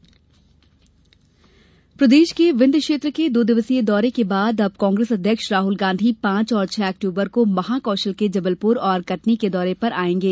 राहुल प्रवास प्रदेश के विंध्य क्षेत्र के दो दिवसीय दौरे के बाद अब कांग्रेस अध्यक्ष राहुल गांधी पांच और छह अक्टूबर को महाकौशल के जबलपुर और कटनी के दौरे पर आयेंगे